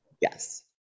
Yes